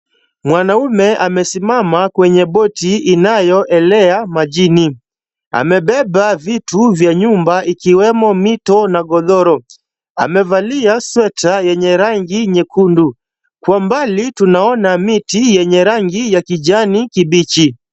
Mwanamume amesimama kwenye boti inayoelea majini, amebeba vitu vya nyumba ikiwemo mito na godoro, amevalia sweta yenye rangi ya nyekundu. Kwa mbali tunaona miti yenye rangi ya kijani kibichi.